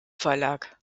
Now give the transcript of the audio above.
verlag